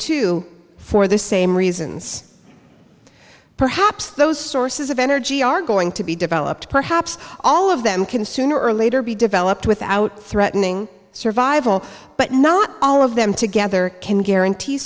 too for the same reasons perhaps those sources of energy are going to be developed perhaps all of them can sooner or later be developed without threatening survival but not all of them together can guarantee